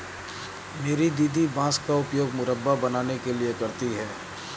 मेरी दादी बांस का उपयोग मुरब्बा बनाने के लिए करती हैं